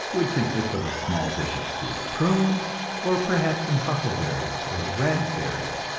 would consist of a small dish of stewed prunes, or perhaps some huckleberries or raspberries,